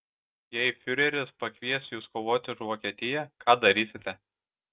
jei fiureris pakvies jus kovoti už vokietiją ką darysite